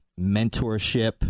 mentorship